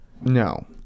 No